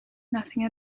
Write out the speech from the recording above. nothing